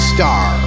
Star